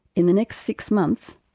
in the next six months,